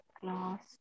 Class